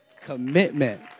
Commitment